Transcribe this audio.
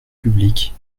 publique